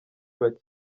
bake